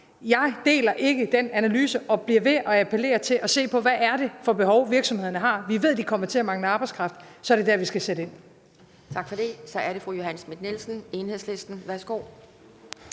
Jeg deler ikke den analyse, og jeg bliver ved med at appellere til at se på, hvad det er for behov, virksomhederne har. Vi ved, at de kommer til at mangle arbejdskraft, og så er det der, vi skal sætte ind. Kl. 10:50 Formanden (Pia Kjærsgaard): Tak for det. Så er det fru Johanne Schmidt-Nielsen, Enhedslisten. Værsgo.